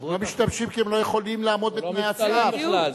לא משתמשים כי הם לא יכולים לעמוד בתנאי הסף.